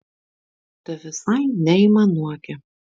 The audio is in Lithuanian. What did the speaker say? tu visai neaimanuoki